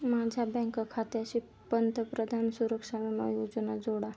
माझ्या बँक खात्याशी पंतप्रधान सुरक्षा विमा योजना जोडा